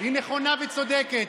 היא נכונה וצודקת,